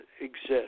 exist